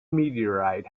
meteorite